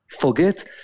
forget